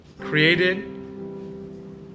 created